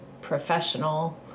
professional